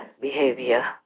behavior